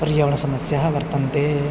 पर्यावरणसमस्याः वर्तन्ते